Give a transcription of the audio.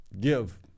Give